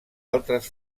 altres